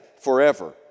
forever